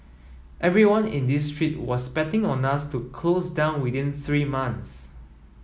everyone in this street was betting on us to close down within three months